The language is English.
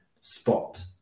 spot